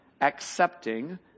accepting